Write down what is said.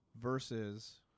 versus